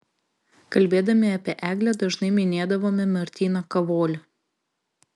kalbėdami apie eglę dažnai minėdavome martyną kavolį